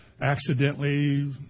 accidentally